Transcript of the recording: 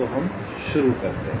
तो हम शुरू करते हैं